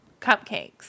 cupcakes